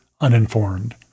uninformed